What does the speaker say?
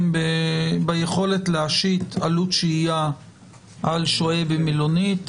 ביכולת להשית עלות שהייה על שוהה במלונית,